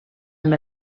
amb